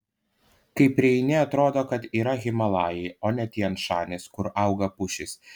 kai prieini atrodo kad yra himalajai o ne tian šanis kur auga pušys